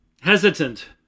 hesitant